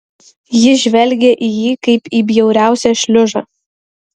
ji žvelgė į jį kaip į bjauriausią šliužą